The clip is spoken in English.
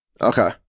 Okay